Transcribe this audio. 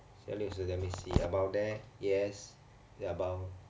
六十 let me see about there yes ya about